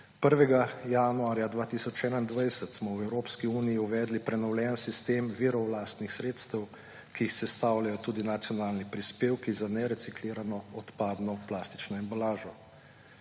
1. januarja 2021 smo v Evropski uniji uvedli prenovljen sistem virov lastnih sredstev, ki jih sestavljajo tudi nacionalni prispevki za nereciklirano odpadno plastično embalažo.